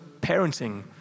parenting